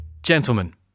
gentlemen